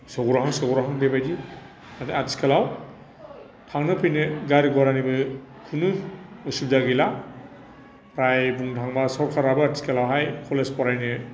सौग्रावहां सौग्रावहां बेबायदि नाथाय आथिखालाव थांनो फैनो गारि घरानि कुनु असुबिदा गैला प्राय बुंनो थाङोबा सोरकाराबो आथिखालावहाय कलेज फरायनो